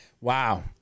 Wow